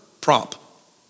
prop